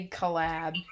collab